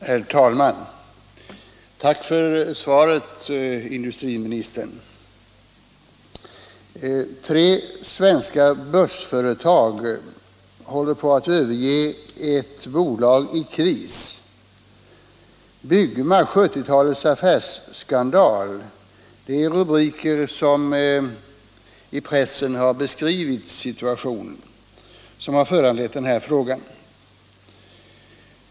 Herr talman! Tack för svaret, herr industriminister. Tre svenska börsföretag håller på att överge ett bolag i kris. Byggma —- 70-talets affärsskandal. Det är rubriker som i pressen har beskrivit den situation som föranlett den här frågan.